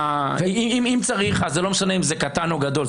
אם צריך, לא משנה אם זה קטן או גדול.